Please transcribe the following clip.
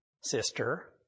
sister